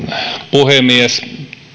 puhemies